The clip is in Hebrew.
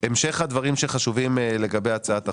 המשך הדברים שחשובים לגבי הצעת החוק.